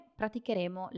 praticheremo